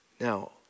Now